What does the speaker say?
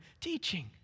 teaching